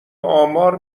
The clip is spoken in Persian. آمار